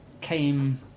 came